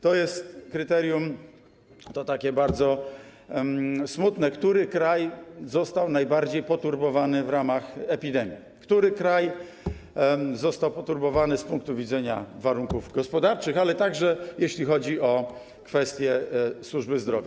To jest takie bardzo smutne kryterium, który kraj został najbardziej poturbowany w ramach epidemii, który kraj został poturbowany z punktu widzenia warunków gospodarczych, ale także jeśli chodzi o kwestię służby zdrowia.